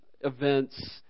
events